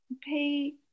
pay